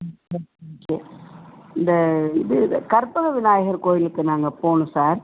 ம் இந்த இது கற்பக விநாயகர் கோயிலுக்கு நாங்கள் போவணும் சார்